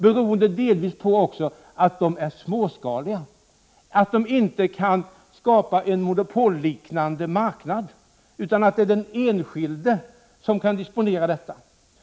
Det beror delvis också på att de är småskaliga och inte kan skapa en monopolliknande marknad utan gör det möjligt för den enskilde att disponera över energin.